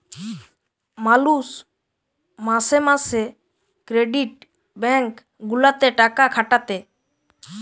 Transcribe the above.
মালুষ মাসে মাসে ক্রেডিট ব্যাঙ্ক গুলাতে টাকা খাটাতে